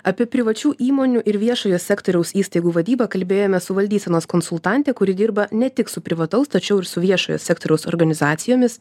apie privačių įmonių ir viešojo sektoriaus įstaigų vadybą kalbėjomės su valdysenos konsultante kuri dirba ne tik su privataus tačiau ir su viešojo sektoriaus organizacijomis